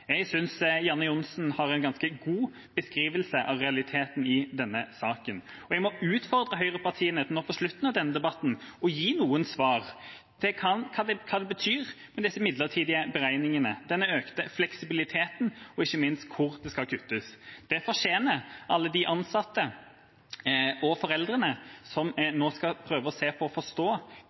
Jeg synes Janne Johnsen har en ganske god beskrivelse av realiteten i denne saken. Og jeg må utfordre høyrepartiene nå på slutten av denne debatten til å gi noen svar på hva det betyr med disse midlertidige beregningene, denne økte fleksibiliteten og ikke minst hvor det skal kuttes. Det fortjener alle de ansatte og foreldrene som nå skal prøve å se på og forstå